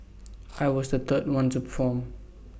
I was the third one to perform